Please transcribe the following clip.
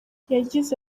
yagize